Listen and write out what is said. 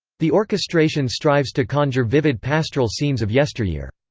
the orchestration strives to conjure vivid pastoral scenes of yesteryear.